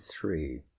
three